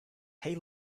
hey